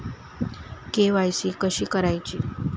KYC कशी करायची?